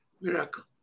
Miracle